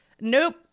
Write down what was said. nope